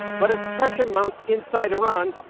but as pressure mounts inside iran,